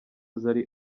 zari